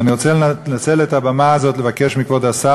ואני רוצה לנצל את הבמה הזאת לבקש מכבוד השר